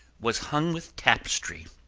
was hung with tapestry.